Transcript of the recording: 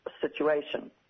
situation